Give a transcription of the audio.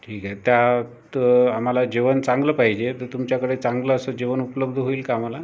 ठीक आहे त्यात आम्हाला जेवण चांगलं पाहिजे तर तुमच्याकडे चांगलं असं जेवण उपलब्ध होईल का आम्हाला